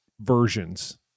versions